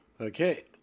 Okay